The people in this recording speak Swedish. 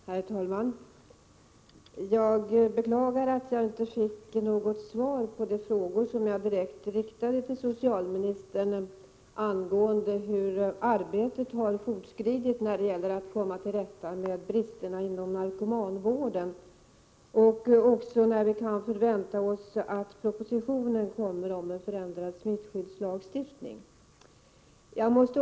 Herr talman! Jag beklagar att jag inte fick något svar på de frågor som jag riktade direkt till socialministern angående hur arbetet har fortskridit när det gäller att komma till rätta med bristerna inom narkomanvården och när propositionen om en förändrad smittskyddslagstiftning kan förväntas.